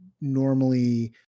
normally